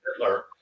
Hitler